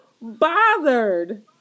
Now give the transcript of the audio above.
bothered